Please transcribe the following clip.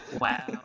wow